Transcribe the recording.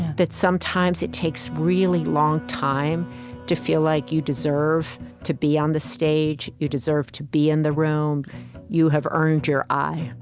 that sometimes it takes a really long time to feel like you deserve to be on the stage you deserve to be in the room you have earned your i.